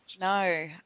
No